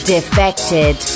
Defected